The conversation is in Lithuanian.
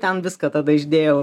ten viską tada išdėjau